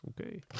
okay